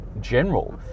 general